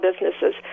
businesses